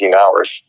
hours